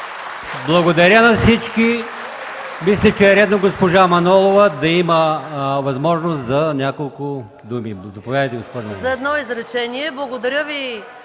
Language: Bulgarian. Благодаря на всички. Мисля, че е редно госпожа Манолова да има възможност да каже няколко думи. Заповядайте, госпожо